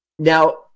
Now